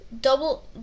double